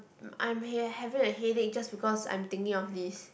br~ I'm here having a headache just because I'm thinking of this